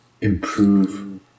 improve